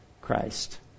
Christ